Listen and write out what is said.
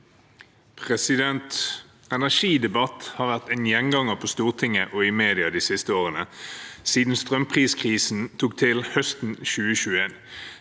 Energidebatt har vært en gjenganger på Stortinget og i media de siste årene, siden strømpriskrisen tok til høsten 2021.